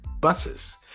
buses